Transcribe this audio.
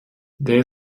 there